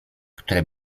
które